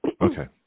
Okay